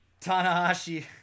Tanahashi